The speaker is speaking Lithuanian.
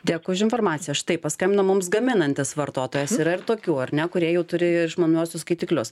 dėkui už informaciją štai paskambino mums gaminantis vartotojas yra ir tokių ar ne kurie jau turi išmaniuosius skaitiklius